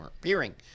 appearing